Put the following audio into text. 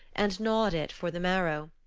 and gnawed it for the marrow.